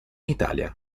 italia